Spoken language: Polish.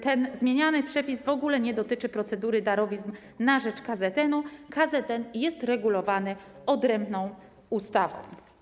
Ten zmieniany przepis w ogóle nie dotyczy procedury darowizn na rzecz KZN-u, KZN jest regulowany odrębną ustawą.